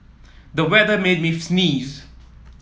the weather made me sneeze